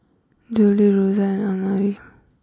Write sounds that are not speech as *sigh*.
Joelle Rossie *unintelligible*